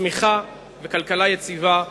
צמיחה וכלכלה יציבה וקדמה,